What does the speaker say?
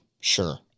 sure